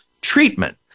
treatment